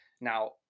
now